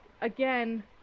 again